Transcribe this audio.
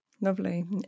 Lovely